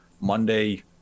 Monday